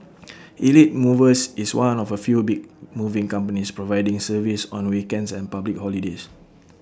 elite movers is one of A few big moving companies providing service on weekends and public holidays